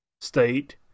state